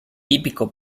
típico